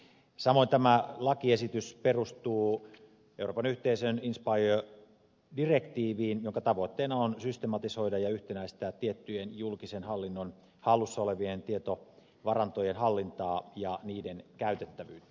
samoin tämä lakiesitys perustuu euroopan yhteisön inspire direktiiviin jonka tavoitteena on systematisoida ja yhtenäistää tiettyjen julkisen hallinnon hallussa olevien tietovarantojen hallintaa ja niiden käytettävyyttä